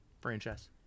franchise